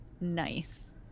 nice